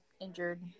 injured